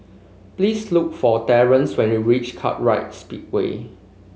please look for Terence when you reach Kartright Speedway